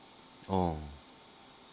oh